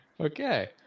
Okay